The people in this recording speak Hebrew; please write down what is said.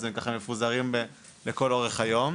אז הם ככה מפוזרים לכל אורך היום.